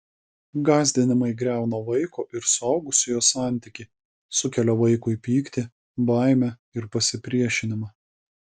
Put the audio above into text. gąsdinimai griauna vaiko ir suaugusiojo santykį sukelia vaikui pyktį baimę ir pasipriešinimą